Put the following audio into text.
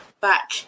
back